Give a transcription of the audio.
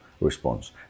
response